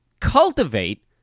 cultivate